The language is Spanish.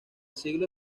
siglo